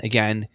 Again